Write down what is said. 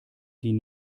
den